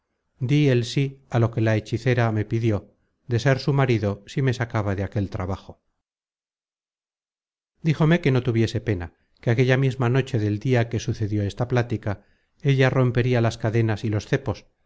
dí el sí á lo que la hechicera me pidió de ser su marido si me sacaba de aquel trabajo díjome que no tuviese pena que aquella misma noche del dia que sucedió esta plática ella romperia las cadenas y los cepos